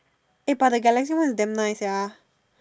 eh but the Galaxy one is damn nice sia